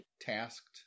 tasked